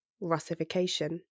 Russification